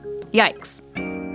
Yikes